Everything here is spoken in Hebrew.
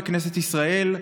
בכנסת ישראל,